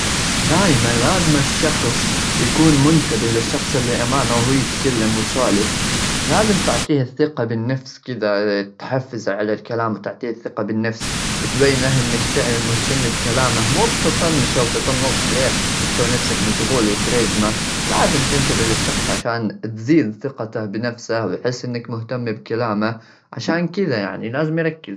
دايما لازم الشخص يكون منتبه للشخص اللي أمامه وهو يتكلم ويسولف. لازم تعطيه الثقة بالنفس، كذا تحفزه على الكلام، وتعطيه الثقة بالنفس شعور تبين له إنك إنك فعلا مهتم بكلامه، مو بتطنشه أو تطنز عليه وتسوى نفسك مشغول وكاريزما، لازم تنتبه للشخص عشان تزيد ثقته بنفسه، ويحس إنك مهتم بكلامه. عشان كذا، يعني لازم يركز.